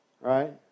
right